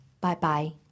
Bye-bye